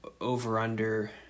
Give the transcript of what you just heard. over-under